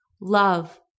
love